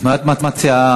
מה את מציעה?